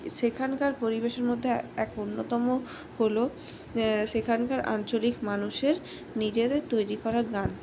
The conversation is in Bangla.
সেখানকার পরিবেশের মধ্যে এক অন্যতম হলো সেখানকার আঞ্চলিক মানুষের নিজেদের তৈরি করা গান